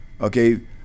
Okay